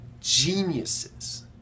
geniuses